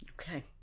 Okay